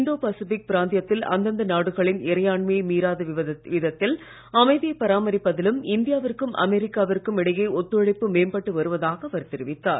இந்தோ Pacific பிராந்தியத்தில் அந்தந்த நாடுகளின் இறையாண்மையை மீறாத விதத்தில் அமைதியை பராமரிப்பதிலும் இந்தியாவிற்கும் அமெரிக்காவிற்கும் இடையே ஒத்துழைப்பு மேம்பட்டு வருவதாக அவர் தெரிவித்தார்